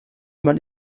man